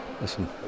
listen